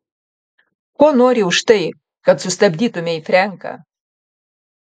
ko nori už tai kad sustabdytumei frenką